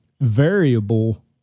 variable